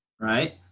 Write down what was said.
right